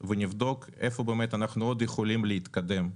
ונבדוק איפה באמת אנחנו עוד יכולים להתקדם.